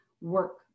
work